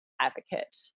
advocate